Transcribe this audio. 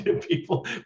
People